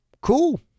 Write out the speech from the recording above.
Cool